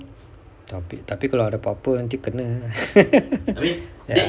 tapi tapi kalau ada apa-apa nanti kena